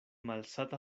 malsata